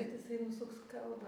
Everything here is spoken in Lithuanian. kad jisai nusuks kalbą